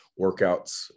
workouts